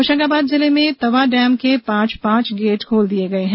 होशंगाबाद जिले में तवा डेम के पांच पांच गेट खोल दिये गये हैं